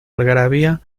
algarabía